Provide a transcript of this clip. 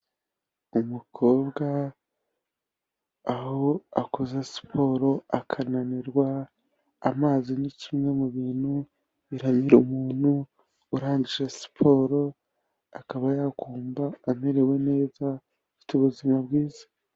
Umukobwa aho akoze siporo akananirwa, amazi ni kimwe mu bintu biramira umuntu urangije siporo akaba yakumva amerewe neza, afite ubuzima bwiza.